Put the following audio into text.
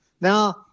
Now